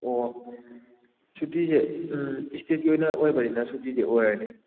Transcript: ꯑꯣ ꯁꯨꯇꯤꯁꯦ ꯏꯁꯇꯦꯠꯀꯤ ꯑꯣꯏꯅ ꯑꯣꯏꯕꯅꯤꯅ ꯁꯨꯇꯤꯗꯤ ꯑꯣꯏꯔꯅꯤ